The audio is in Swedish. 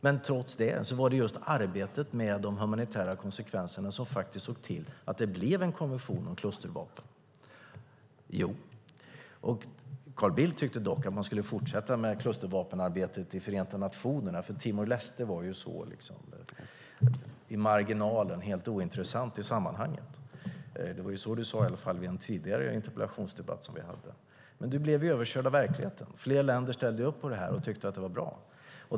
Men trots det var det just arbetet med de humanitära konsekvenserna som såg till att det blev en konvention om klustervapen. Carl Bildt tyckte dock att man skulle fortsätta med klustervapenarbetet i Förenta nationerna, för Timor-Leste var liksom i marginalen och helt ointressant i sammanhanget. Det var så du sade i alla fall i en tidigare interpellationsdebatt som vi hade. Men du blev överkörd av verkligheten. Fler länder ställde upp på det här och tyckte att det var bra.